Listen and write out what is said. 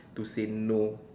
to say no